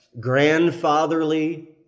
grandfatherly